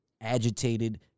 agitated